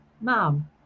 mom